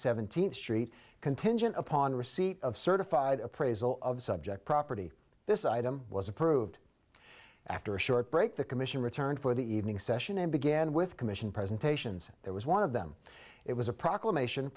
seventeenth street contingent upon receipt of certified appraisal of subject property this item was approved after a short break the commission returned for the evening session and began with commission presentations there was one of them it was a proclamation